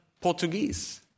Portuguese